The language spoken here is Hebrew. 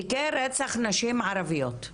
תיקי רצח נשים ערביות.